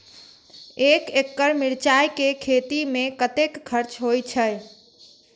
एक एकड़ मिरचाय के खेती में कतेक खर्च होय छै?